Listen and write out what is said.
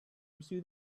pursue